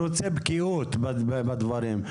אני רוצה בקיאות בדברים,